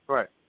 Right